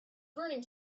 burning